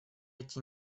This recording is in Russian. эти